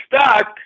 stuck